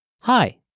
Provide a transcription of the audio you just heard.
Hi